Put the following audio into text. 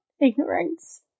ignorance